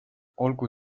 olgu